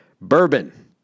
bourbon